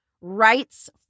rights